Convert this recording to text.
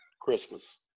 Christmas